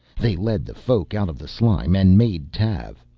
they led the folk out of the slime and made tav.